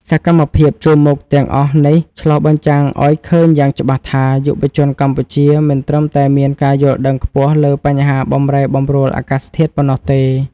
សកម្មភាពជួរមុខទាំងអស់នេះឆ្លុះបញ្ចាំងឱ្យឃើញយ៉ាងច្បាស់ថា យុវជនកម្ពុជាមិនត្រឹមតែមានការយល់ដឹងខ្ពស់លើបញ្ហាបម្រែបម្រួលអាកាសធាតុប៉ុណ្ណោះទេ។